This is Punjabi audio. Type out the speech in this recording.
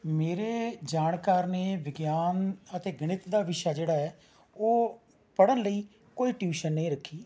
ਮੇਰੇ ਜਾਣਕਾਰ ਨੇ ਵਿਗਿਆਨ ਅਤੇ ਗਣਿਤ ਦਾ ਵਿਸ਼ਾ ਜਿਹੜਾ ਹੈ ਉਹ ਪੜ੍ਹਨ ਲਈ ਕੋਈ ਟਿਊਸ਼ਨ ਨਹੀਂ ਰੱਖੀ